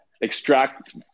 extract